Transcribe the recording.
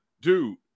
Dude